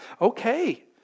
Okay